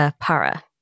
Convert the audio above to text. para